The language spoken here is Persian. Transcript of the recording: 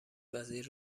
وزیر